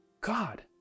God